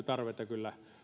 tarvetta kyllä